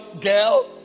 girl